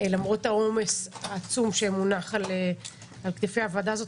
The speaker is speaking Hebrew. למרות העומס העצום שמונח על כתפי הוועדה הזאת,